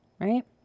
right